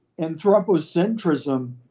anthropocentrism